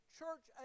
church